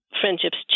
friendships